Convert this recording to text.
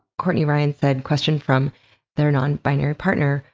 kourtney ryan said question from their non-binary partner.